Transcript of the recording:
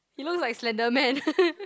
he looks like slender man